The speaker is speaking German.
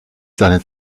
seine